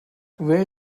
where